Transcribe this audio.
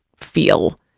feel